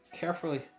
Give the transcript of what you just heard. carefully